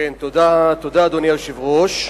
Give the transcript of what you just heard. אדוני היושב-ראש,